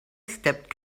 stepped